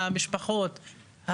המשפחות,